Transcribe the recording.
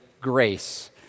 grace